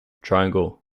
triangle